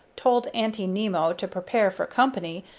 told aunty nimmo to prepare for company,